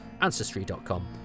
Ancestry.com